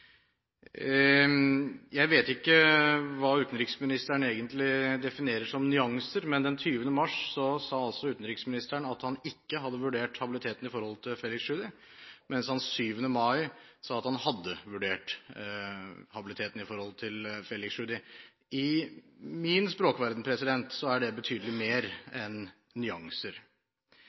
Jeg vet ikke hva utenriksministeren egentlig definerer som nyanser. Den 20. mars sa utenriksministeren at han ikke hadde vurdert habiliteten i forhold til Felix Tschudi, mens han 7. mai sa at han hadde vurdert habiliteten i forhold til Felix Tschudi. I min språkverden er det betydelig mer enn nyanser.